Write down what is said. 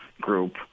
group